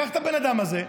קח את הבן אדם הזה,